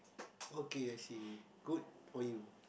okay I see good for you